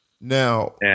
now